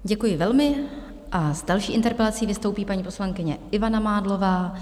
Děkuji velmi a s další interpelací vystoupí paní poslankyně Ivana Mádlová.